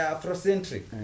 Afrocentric